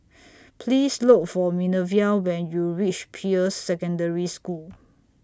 Please Look For Minervia when YOU REACH Peirce Secondary School